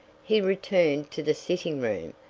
he returned to the sitting-room,